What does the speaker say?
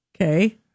Okay